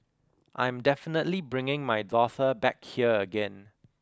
I'm definitely bringing my daughter back here again